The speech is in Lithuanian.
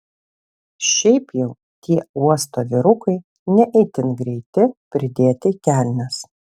šiaip jau tie uosto vyrukai ne itin greiti pridėti į kelnes